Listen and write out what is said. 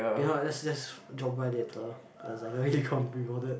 ya let's let's drop by later as I really can't be bothered